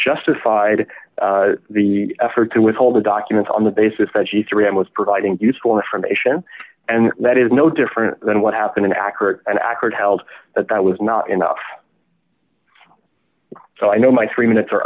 justified the effort to withhold the documents on the basis that g three m was providing useful information and that is no different than what happened in accurate and accurate held that that was not enough so i know my three minutes are